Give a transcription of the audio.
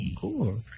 cool